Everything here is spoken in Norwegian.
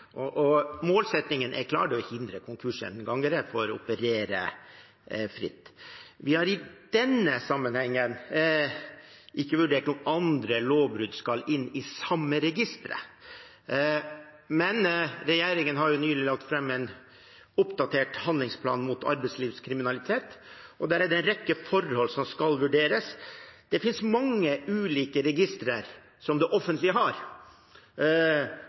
Målsettingen er klar: Det er å hindre konkursgjengangere i å operere fritt. Vi har i denne sammenhengen ikke vurdert om andre lovbrudd skal inn i det samme registeret. Men regjeringen har nylig lagt fram en oppdatert handlingsplan mot arbeidslivskriminalitet, og der er det en rekke forhold som skal vurderes. Det finnes mange ulike registre i det offentlige,